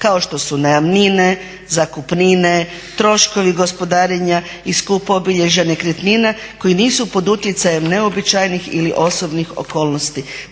kao što su najamnine, zakupnine, troškovi gospodarenja i skup obilježja nekretnina koji nisu pod utjecajem neobičajenih ili osobnih okolnosti."